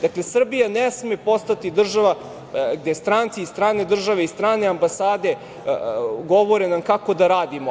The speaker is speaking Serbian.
Dakle, Srbija ne sme postati država gde stranci iz strane države, iz strane ambasade govore nam kako da radimo.